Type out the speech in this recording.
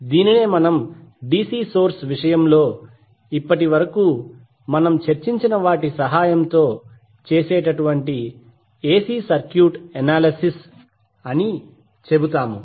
దీనినే మనం DC source విషయంలో ఇప్పటివరకు మనం చర్చించిన వాటి సహాయంతో చేసేటటువంటి ఎసి సర్క్యూట్ అనాలిసిస్ అని చెబుతాము